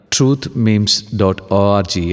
Truthmemes.org